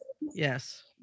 Yes